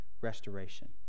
restoration